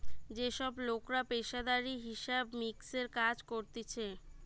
যে সব লোকরা পেশাদারি হিসাব মিক্সের কাজ করতিছে